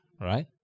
right